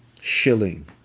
shilling